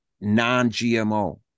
non-gmo